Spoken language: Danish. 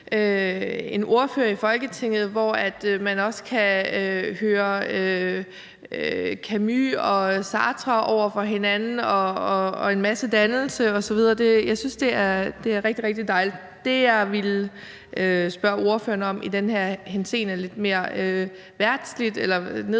en ordfører i Folketinget, hvor man også kan høre Camus og Sartre over for hinanden og en masse dannelse osv. Jeg synes, det er rigtig, rigtig dejligt. Det, jeg ville spørge ordføreren om i den her henseende og lidt mere verdsligt eller nede på jorden,